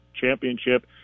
championship